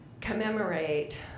commemorate